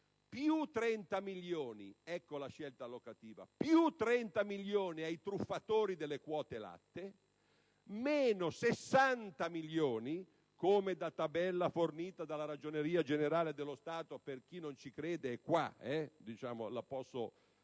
più 30 milioni - ecco la scelta allocativa - ai truffatori delle quote latte; meno 60 milioni, come da tabella fornita dalla Ragioneria generale dello Stato (per chi non ci crede, sappia che